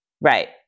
Right